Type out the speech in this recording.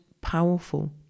powerful